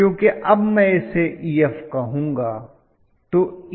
क्योंकि अब मैं इसे Ef कहूंगा